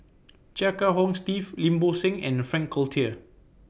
Chia Kiah Hong Steve Lim Bo Seng and Frank Cloutier